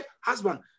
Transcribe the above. husband